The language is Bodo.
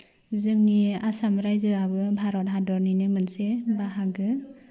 जोंनि आसाम रायजोआबो भारत हादरनिनो मोनसे बाहागो